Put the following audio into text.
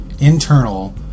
internal